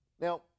Now